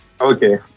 Okay